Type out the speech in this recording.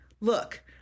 look